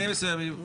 בתנאים מסוימים.